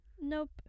Nope